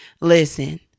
Listen